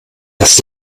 das